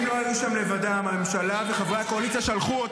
אותם כשמנעת מכוחות שתמרנו בעזה להיכנס ולצאת מהבסיסים.